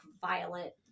violet